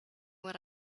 what